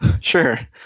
Sure